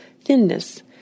thinness